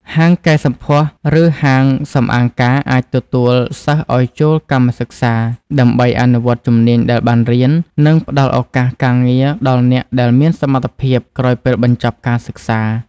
ហាងកែសម្ផស្ស ឬហាងសម្អាងការអាចទទួលសិស្សឱ្យចូលកម្មសិក្សាដើម្បីអនុវត្តជំនាញដែលបានរៀន និងផ្តល់ឱកាសការងារដល់អ្នកដែលមានសមត្ថភាពក្រោយពេលបញ្ចប់ការសិក្សា។